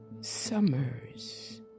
Summers